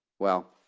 well,